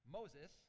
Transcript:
Moses